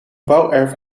bouwwerf